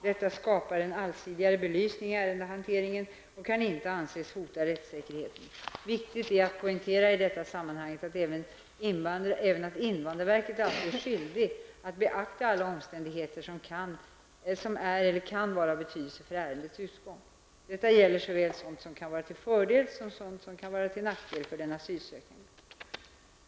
Detta skapar en allsidigare belysning i ärendehanteringen och kan inte anses hota rättssäkerheten. Viktigt att poängtera i detta sammanhang är även att invandrarverket alltid är skyldigt att beakta alla omständigheter som är eller kan vara av betydelse för ärendets utgång. Detta gäller såväl sådant som kan vara till fördel som sådant som kan vara till nackdel för den asylsökande.